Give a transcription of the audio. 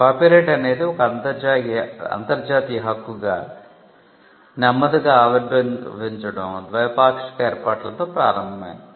copyright అనేది ఒక అంతర్జాతీయ హక్కుగా నెమ్మదిగా ఆవిర్భవించడం ద్వైపాక్షిక ఏర్పాట్లతో ప్రారంభమైంది